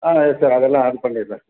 ஆ yes sir அதெல்லாம் அது பண்ணிடறேன்